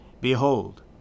Behold